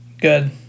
good